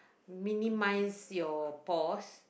minimise your pores